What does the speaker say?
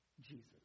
Jesus